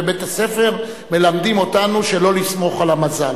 בבית-ספר מלמדים אותנו שלא לסמוך על המזל,